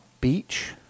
Beach